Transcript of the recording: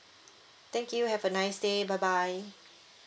thank you have a nice day bye bye